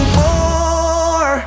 more